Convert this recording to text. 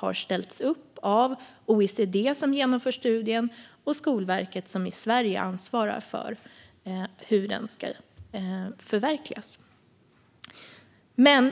har ställts upp av OECD, som genomför studien, och Skolverket, som i Sverige ansvarar för hur den ska genomföras. Fru talman!